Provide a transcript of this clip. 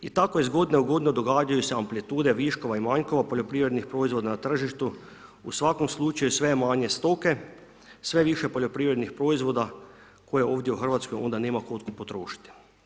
I tako iz godine u godinu događaju se amplitude viškova i manjkova poljoprivrednih proizvoda na tržištu, u svakom slučaju sve je manje stoke, sve je više poljoprivrednih proizvoda koje ovdje u RH onda nema tko potrošiti.